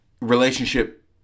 relationship